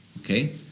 Okay